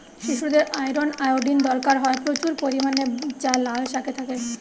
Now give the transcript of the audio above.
শিশুদের iron, iodine দরকার হয় প্রচুর পরিমাণে যা লাল শাকে থাকে